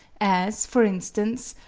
as, for instance,